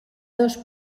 dos